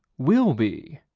will be